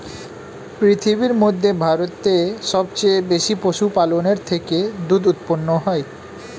পৃথিবীর মধ্যে ভারতে সবচেয়ে বেশি পশুপালনের থেকে দুধ উৎপন্ন হয়